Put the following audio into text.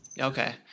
Okay